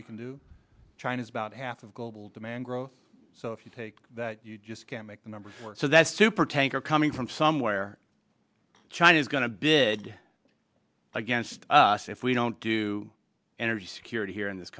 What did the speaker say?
we can do china's about half of global demand growth so if you take that you just can't make the numbers work so that supertanker coming from somewhere china is going to bid against us if we don't do energy security here in this